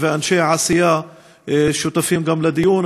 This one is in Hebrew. וגם אנשי עשייה שותפים לדיון.